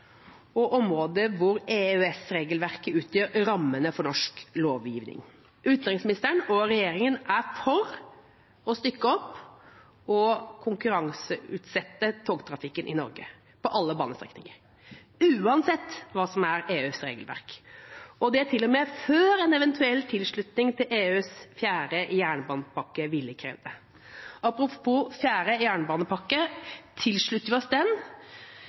og områder der EØS-regelverket utgjør rammene for norsk lovgivning. Utenriksministeren og regjeringa er for å stykke opp og konkurranseutsette togtrafikken i Norge på alle banestrekninger, uansett hva som er EUs regelverk, og det til og med før en eventuell tilslutning til EUs fjerde jernbanepakke ville kreve det. Apropos den fjerde jernbanepakken: Slutter vi oss til den,